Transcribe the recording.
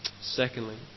Secondly